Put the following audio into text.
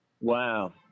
Wow